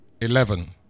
eleven